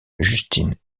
justine